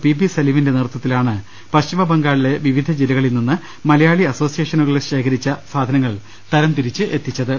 PB സലിമിന്റെ നേതൃത്വത്തിലാണ് പശ്ചി മബംഗാളിലെ വിവിധ ജില്ലകളിൽ നിന്ന് മലയാളി അസോസിയേ ഷനുകൾ ശേഖരിച്ച സാധനങ്ങൾ തൃര്തിരിച്ച് എത്തിച്ചത്